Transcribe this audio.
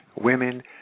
women